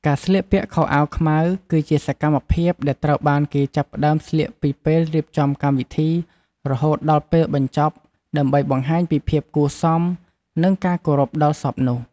ការស្លៀកពាក់ខោអាវខ្មៅ គឺជាសកម្មភាពដែលត្រូវបានគេចាប់ផ្ដើមស្លៀកពីពេលរៀបចំកម្មវិធី រហូតដល់ពេលបញ្ចប់ ដើម្បីបង្ហាញពីភាពគួរសម និងការគោរពដល់សពនោះ។